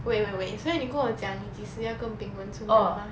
wait wait wait 所以你跟我讲家里几时要跟 bing wen 出门 mah